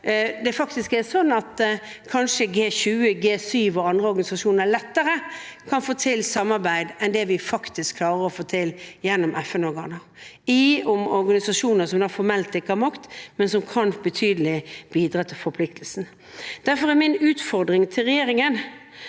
det er sånn at G20, G7 og andre organisasjoner kanskje lettere kan få til samarbeid enn det vi faktisk klarer å få til gjennom FN-organer – i organisasjoner der vi formelt ikke har makt, men der vi kan bidra betydelig til forpliktelsene. Derfor er min utfordring til regjeringen